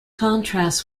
contrasts